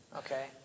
okay